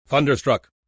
Thunderstruck